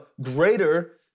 greater